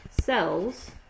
cells